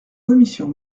commission